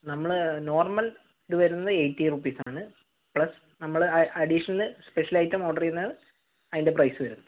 നമ്മളെ നോർമൽ ഇത് വരുന്നത് എയ്റ്റി റുപ്പീസ് ആണ് പ്ലസ് നമ്മൾ അഡീഷണൽ സ്പെഷ്യൽ ഐറ്റം ഓർഡർ ചെയ്യുന്നത് അതിൻ്റെ പ്രൈസ് വരും